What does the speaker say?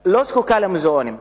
לא זקוקה למוזיאונים.